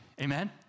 amen